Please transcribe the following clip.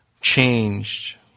changed